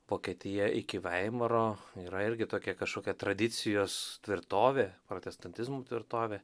vokietija iki veimaro yra irgi tokia kažkokia tradicijos tvirtovė protestantizmo tvirtovė